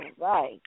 right